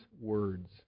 words